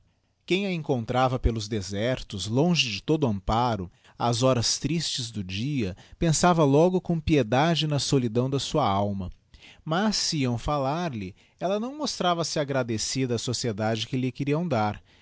quem a encontrava pelos desertos longe de todo amparo ás horas tristes do dia pensava logo com piedade na solidão da sua alma mas se iam fallar-lhe ella não mostrava-se agradecida á sociedade que lhe